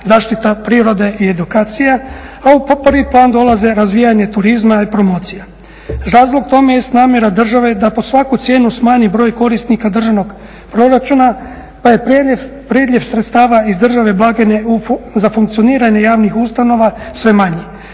zaštita prirode i edukacija, a u prvi plan dolaze razvijanje turizma i promocija. Razlog tome jest namjera države da pod svaku cijenu smanji broj korisnika državnog proračuna pa je preljev sredstava iz državne blagajne za funkcioniranje javnih ustanova sve manji.